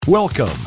Welcome